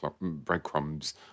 breadcrumbs